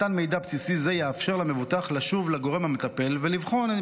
מתן מידע בסיסי זה יאפשר למבוטח לשוב לגורם המטפל ולבחון האם